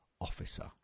Officer